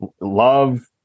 love